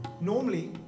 normally